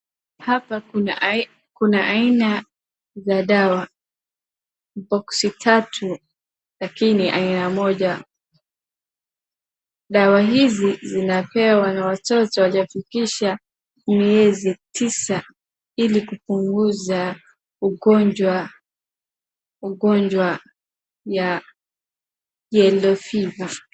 Hapa kuna aina za dawa box tatu, lakini aina moja. Dawa hizi zinapewa na watoto kuhakikisha miezi tisa ili kupunguza ugonjwa wa yellow fever .